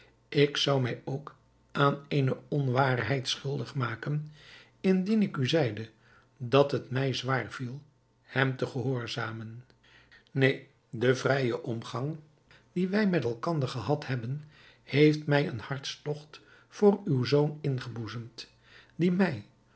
ik zou mij ook aan eene onwaarheid schuldig maken indien ik u zeide dat het mij zwaar viel hem te gehoorzamen neen de vrije omgang die wij met elkander gehad hebben heeft mij een hartstogt voor uw zoon ingeboezemd die mij